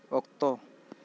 ᱚᱠᱛᱚ